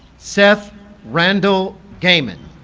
seth randall gaymon